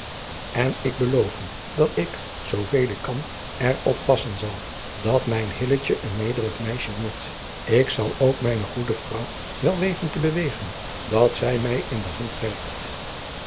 en ik beloof u dat ik zooveel ik kan er op passen zal dat mijn hilletje een nederig meisje wordt ik zal ook mijne goede vrouw wel weten te bewegen dat zij mij in de hand werkt